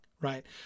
right